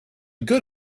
good